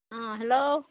অঁ হেল্ল'